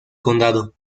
condado